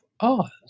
Oz